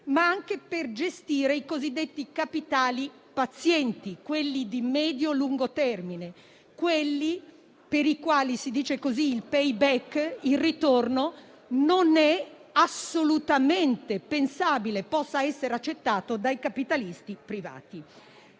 ma anche per gestire i cosiddetti capitali pazienti, quelli di medio-lungo termine, quelli per i quali - si dice così - il *payback*, il ritorno non è assolutamente pensabile possa essere accettato dai capitalisti privati.